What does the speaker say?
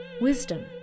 Wisdom